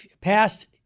past